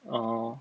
orh